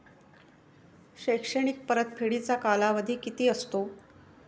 शैक्षणिक परतफेडीचा कालावधी किती असतो?